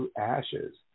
ashes